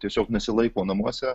tiesiog nesilaiko namuose